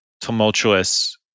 tumultuous